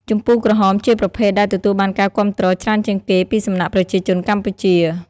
ជម្ពូក្រហម ជាប្រភេទដែលទទួលបានការគាំទ្រច្រើនជាងគេពីសំណាក់ប្រជាជនកម្ពុជា។